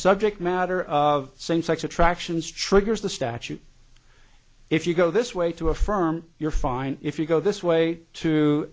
subject matter of same sex attractions triggers the statute if you go this way to affirm your fine if you go this way to